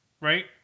right